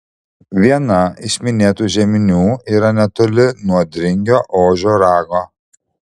viena iš minėtų žeminių yra netoli nuo dringio ožio rago